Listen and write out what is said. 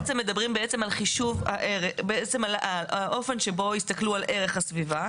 אז אנחנו בעצם מדברים על האופן שבו יסתכלו על ערך הסביבה.